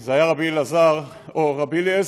זה היה רבי אלעזר, או רבי אליעזר,